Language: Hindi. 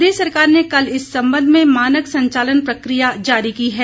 प्रदेश सरकार ने कल इस संबंध में मानक संचालन प्रक्रिया जारी की है